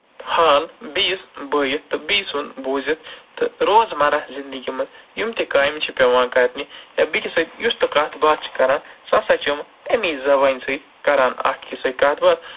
حال بیٚیِس بٲیِتھ تہٕ بییہِ سُنٛد بوٗزِتھ تہٕ روزمَرہ زِندگی منٛز یِم تہِ کامہِ چھِ پٮ۪وان کرنہِ یا بیٚکِس سۭتۍ یُس تہِ کَتھ باتھ چھِ کران سُہ ہسا چھِ یِم اَمی زَبانہِ سۭتۍ کران اکھ أکِس سۭتۍ کَتھ باتھ